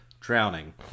Drowning